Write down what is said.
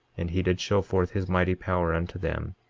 and he did show forth his mighty power unto them,